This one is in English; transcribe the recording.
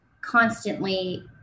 constantly